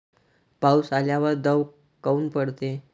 पाऊस आल्यावर दव काऊन पडते?